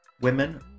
Women